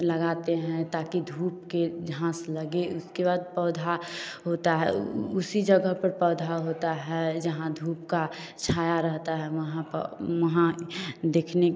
लगाते हैं ताकि धूप के झांस लगें उसके बाद पौधा होता है उसी जगह पर पौधा होता है जहाँ धूप का छाया रहता है वहाँ पर वहाँ देखने के